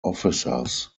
officers